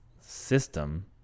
system